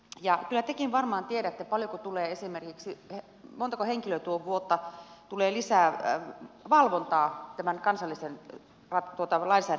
kyllä tekin varmaan tiedätte montako henkilötyövuotta tulee lisää valvontaa tämän kansallisen lainsäädännön myötä